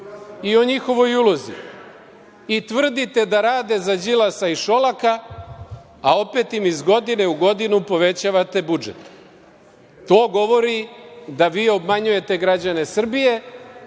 i o njihovoj ulozi i tvrdite da rade za Đilasa i Šolaka, a opet im iz godine u godinu povećavate budžet. To govori da vi obmanjujete građane Srbije